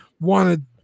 wanted